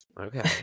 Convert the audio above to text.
okay